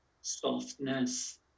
softness